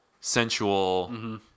sensual